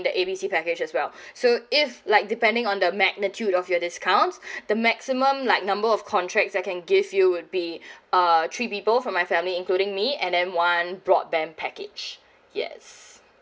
the A B C package as well so if like depending on the magnitude of your discount the maximum like number of contracts that I can give you would be uh three people from my family including me and then one broadband package yes